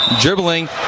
Dribbling